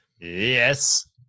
Yes